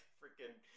freaking